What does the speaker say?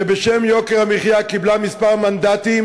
שבשם יוקר המחיה קיבלה כמה מנדטים: